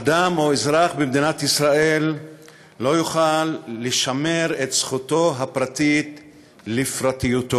אדם או אזרח במדינת ישראל לא יוכל לשמר את זכותו הפרטית לפרטיות.